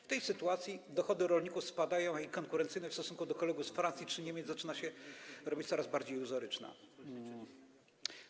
W tej sytuacji dochody rolników spadają, a ich konkurencyjność w stosunku do kolegów z Francji czy Niemiec zaczyna się robić coraz bardziej iluzoryczna.